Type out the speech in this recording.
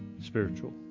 spiritual